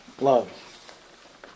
love